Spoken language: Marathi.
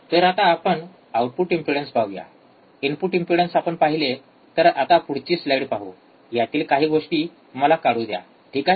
तर आता आपण आउटपुट इम्पेडन्स पाहू इनपुट इम्पेडन्स आपण पहिले तर आता पुढची स्लाईड पाहू यातील काही गोष्टी मला काढू द्या ठीक आहे